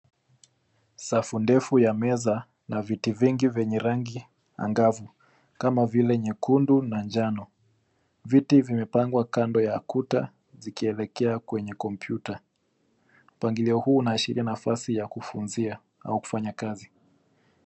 Safu ndefu ya meza na viti vingi vyenye rangi angavu kama vile nyekundu na njano. Viti vimepangwa kando ya kuta zikielekea kwenye kompyuta. Mpangilio huu unaashiria nafasi ya kufunzia au kufanya kazi .